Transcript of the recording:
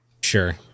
Sure